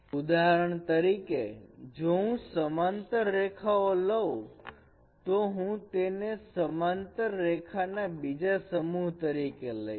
ઉદાહરણ તરીકે જો હું સમાંતર રેખાઓ લવ તો હું તેને સમાંતર રેખા ના બીજા સમૂહ તરીકે લઈશ